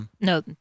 no